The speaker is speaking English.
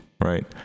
right